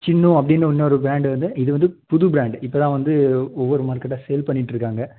சின்னு அப்படினு இன்னொரு பிராண்ட் வந்து இது வந்து புது பிராண்டு இப்போ தான் வந்து ஒவ்வொரு மார்க்கெட்டாக சேல் பண்ணிட்டுருக்காங்க